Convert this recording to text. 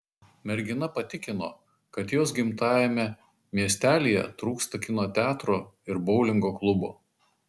mergina patikino kad jos gimtajame miestelyje trūksta kino teatro ir boulingo klubo